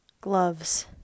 Gloves